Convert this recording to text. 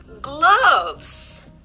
gloves